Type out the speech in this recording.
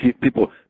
People